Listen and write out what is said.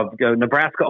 Nebraska